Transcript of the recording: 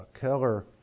Keller